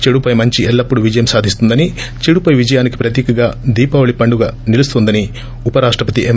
చెడు మంచీ ఎల్లప్పుడూ విజయం సాధిస్తుందని చెడుపై విజయానికి ప్రత్య దీపావళి పండుగ నిలుస్తుందని ఉప రాష్టపతి ఎం